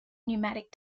pneumatic